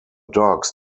dogs